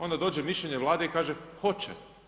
Onda dođe mišljenje Vlade i kaže hoće.